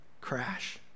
crash